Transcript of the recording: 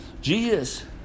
Jesus